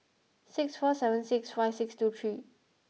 six four seven six five six two three